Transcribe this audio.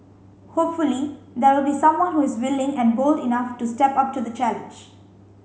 hopefully there will be someone who is willing and bold enough to step up to the challenge